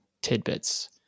Tidbits